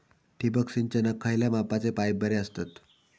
ठिबक सिंचनाक खयल्या मापाचे पाईप बरे असतत?